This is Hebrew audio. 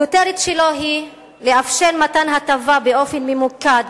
הכותרת שלו היא לאפשר מתן הטבה באופן ממוקד